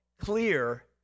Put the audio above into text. clear